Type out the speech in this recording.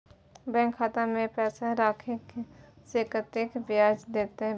Bank खाता में पैसा राखे से कतेक ब्याज देते बैंक?